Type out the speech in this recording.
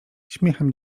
śmiechem